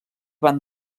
van